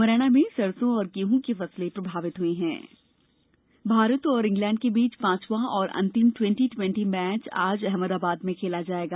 मुरैना में सरसों व गेहू की फसलें प्रभावित हुई हैं क्रिकेट भारत और इंग्लैंड के बीच पांचवां और अंतिम ट्वेन्टी ट्वेन्टी मैच आज अहमदाबाद में खेला जाएगा